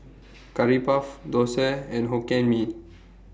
Curry Puff Thosai and Hokkien Mee